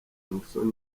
musoni